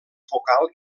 focal